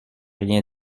rien